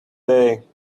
day